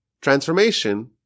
transformation